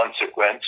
consequence